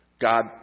God